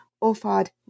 offered